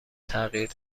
تغییر